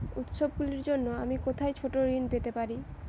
উত্সবগুলির জন্য আমি কোথায় ছোট ঋণ পেতে পারি?